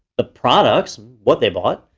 the products, what they bought.